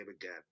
again